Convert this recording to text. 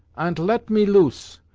ant let me loose!